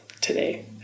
today